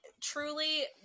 truly